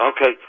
okay